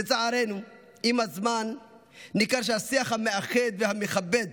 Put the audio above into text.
לצערנו, עם הזמן ניכר שהשיח המאחד והמכבד